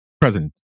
president